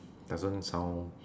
doesn't sound